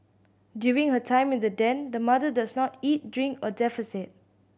during her time in the den the mother does not eat drink or defecate